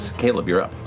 caleb, you're up.